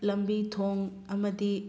ꯂꯝꯕꯤ ꯊꯣꯡ ꯑꯃꯗꯤ